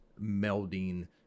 melding